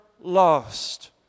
lost